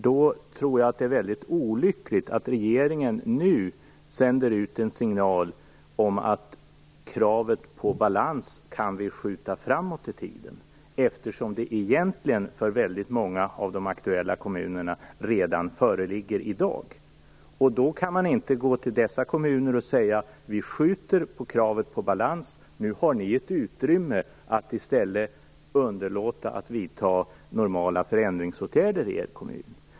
Jag tror att det är väldigt olyckligt att regeringen nu sänder ut en signal om att vi kan skjuta kravet på balans framåt i tiden, eftersom det för väldigt många av de aktuella kommunerna egentligen redan föreligger. Man kan inte gå till dessa kommuner och säga att man skjuter på kravet på balans och att de har utrymme att underlåta att vidta normala förändringsåtgärder i sin kommun.